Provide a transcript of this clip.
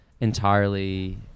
entirely